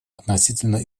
относительно